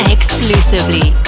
Exclusively